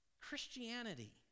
Christianity